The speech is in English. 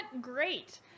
great